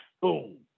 boom